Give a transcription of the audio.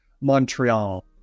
Montreal